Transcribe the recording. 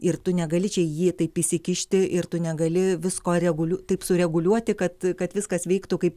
ir tu negali čia į jį taip įsikišti ir tu negali visko regulu taip sureguliuoti kad kad viskas veiktų kaip